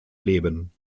leben